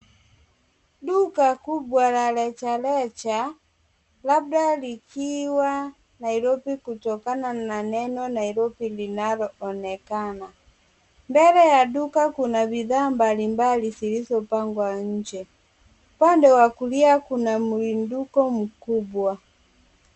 Duka kubwa la rejareja labda likiwa Nairobi kutokana na neno Nairobi linaloonekana. Mbele ya duka kuna bidhaa mbalimbali zilizopangwa nje. Upande wa kulia kuna mrinduko mkubwa.